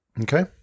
Okay